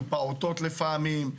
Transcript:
עם פעוטות לפעמים,